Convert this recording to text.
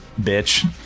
Bitch